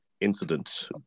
incident